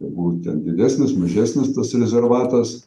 tegul ten didesnis mažesnis tas rezervatas